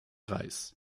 reis